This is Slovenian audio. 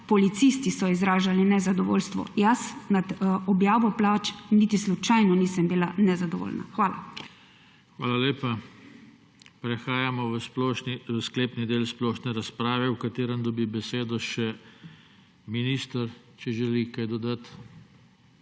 Policisti so izražali nezadovoljstvo. Jaz nad objavo plač niti slučajno nisem bila nezadovoljna. Hvala. PODPREDSEDNIK JOŽE TANKO: Hvala lepa. Prehajamo v sklepni del splošne razprave, v katerem dobi besedo še minister, če želi kaj dodati.